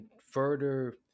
further